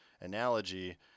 analogy